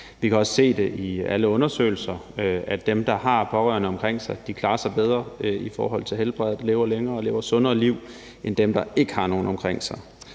Vi kan også i alle undersøgelser se, at dem, der har pårørende omkring sig, klarer sig bedre i forhold til helbredet; de lever længere og lever et sundere liv end dem, der ikke har nogen omkring sig.